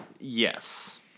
Yes